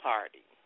Party